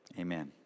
Amen